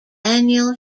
daniel